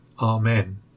Amen